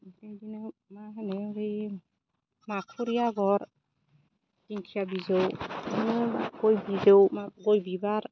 ओमफ्राय इदिनो मा होनो बैयो माखरि आगर दिंखिया बिजौ बिदिनो गय बिजौ माबा गय बिबार